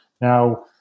Now